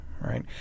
right